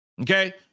Okay